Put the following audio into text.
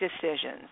decisions